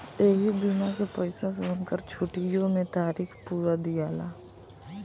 ऐही बीमा के पईसा से उनकर छुट्टीओ मे तारीख पुरा दियाला